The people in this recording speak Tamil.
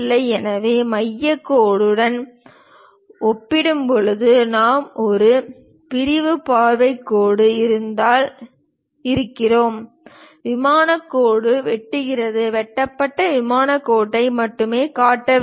எனவே மையக் கோடுடன் ஒப்பிடும்போது நாம் ஒரு பிரிவு பார்வைக் கோடு இருந்தால் இருக்கிறோம் விமானக் கோட்டை வெட்டுகிறோம் வெட்டப்பட்ட விமானக் கோட்டை மட்டுமே காட்ட வேண்டும்